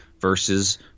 versus